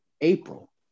April